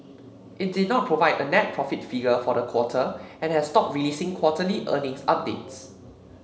it did not provide a net profit figure for the quarter and has stopped releasing quarterly earnings updates